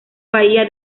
bahía